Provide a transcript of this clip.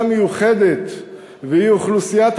מיוחדת והיא אוכלוסיית המוגבלים.